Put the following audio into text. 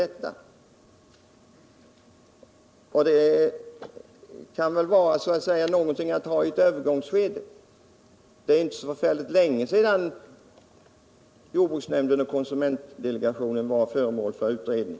Den förstärkningen borde kunna vara till fyllest i varje fall under ett övergångsskede så mycket mer som det inte är så länge sedan jordbruksnämnden och konsumentdelegationen var föremål för en utredning.